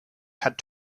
had